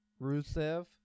Rusev